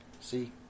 see